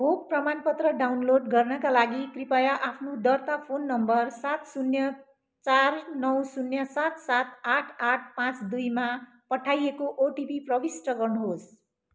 खोप प्रमाणपत्र डाउनलोड गर्नाका लागि कृपया आफ्नो दर्ता फोन नम्बर सात शून्य चार नौ शून्य सात सात आठ आठ पाँच दुईमा पठाइएको ओटिपी प्रविष्ट गर्नुहोस्